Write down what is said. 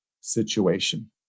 situation